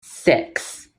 six